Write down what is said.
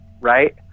right